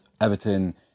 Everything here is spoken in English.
Everton